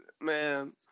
Man